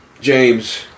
James